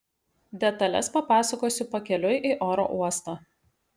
detales papasakosiu pakeliui į oro uostą